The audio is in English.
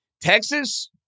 Texas